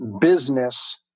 business